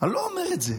אני לא אומר את זה.